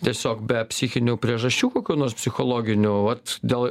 tiesiog be psichinių priežasčių kokių nors psichologinių vat dėl